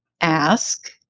ask